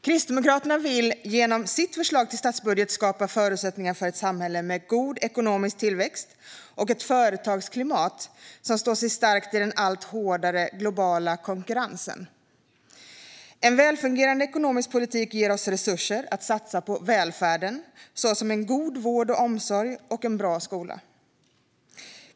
Kristdemokraterna vill genom sitt förslag till statsbudget skapa förutsättningar för ett samhälle med god ekonomisk tillväxt och ett företagsklimat som står sig starkt i den allt hårdare globala konkurrensen. En välfungerande ekonomisk politik ger oss resurser att satsa på välfärden, såsom en god vård och omsorg och en bra skola.